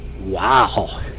wow